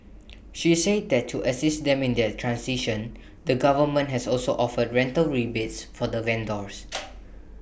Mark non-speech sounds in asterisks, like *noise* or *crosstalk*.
she said that to assist them in their transition the government has also offered rental rebates for the vendors *noise*